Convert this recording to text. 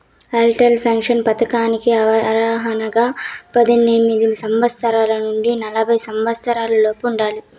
Atal pension పథకానికి అర్హతగా పద్దెనిమిది సంవత్సరాల నుండి నలభై సంవత్సరాలలోపు ఉండాలి